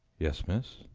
yes, miss.